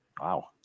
Wow